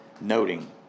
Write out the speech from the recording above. noting